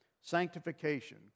sanctification